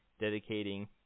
dedicating